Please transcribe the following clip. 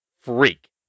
freak